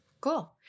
cool